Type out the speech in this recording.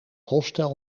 hostel